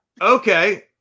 Okay